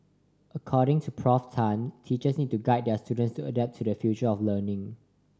according to Prof Tan teachers need to guide their students to adapt to the future of learning